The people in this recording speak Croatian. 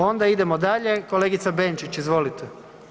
Onda idemo dalje kolegica Benčić, izvolite.